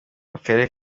akarere